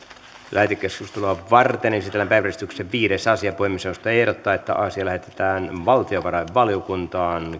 lähetekeskustelua varten esitellään päiväjärjestyksen viides asia puhemiesneuvosto ehdottaa että asia lähetetään valtiovarainvaliokuntaan